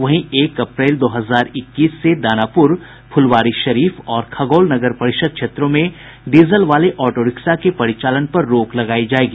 वहीं एक अप्रैल दो हजार इक्कीस से दानापुर फुलवारीशरीफ और खगौल नगर परिषद् क्षेत्रों में डीजल वाले ऑटोरिक्शा के परिचालन पर रोक लगायी जायेगी